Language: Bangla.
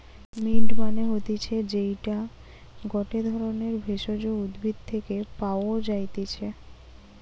মিন্ট মানে হতিছে যেইটা গটে ধরণের ভেষজ উদ্ভিদ থেকে পাওয় যাই্তিছে